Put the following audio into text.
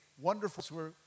wonderful